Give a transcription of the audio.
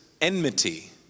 enmity